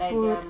food